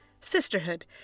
sisterhood